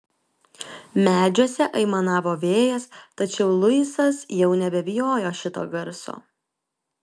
medžiuose aimanavo vėjas tačiau luisas jau nebebijojo šito garso